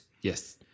Yes